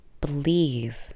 believe